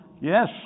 Yes